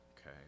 okay